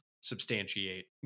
substantiate